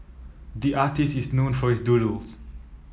the artist is known for his doodles